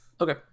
Okay